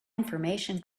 information